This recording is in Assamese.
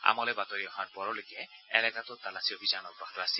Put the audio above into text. আমালৈ বাতৰি অহা পৰলৈকে এলেকাটোত তালাচী অভিযান অব্যাহত আছিল